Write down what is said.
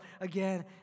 again